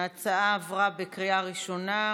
ההצעה עברה בקריאה ראשונה,